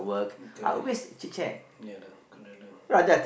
guess ya lah cannot lah